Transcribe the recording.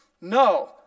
No